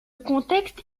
contexte